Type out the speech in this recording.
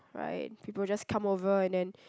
right people just come over and then